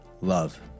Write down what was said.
love